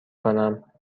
کنم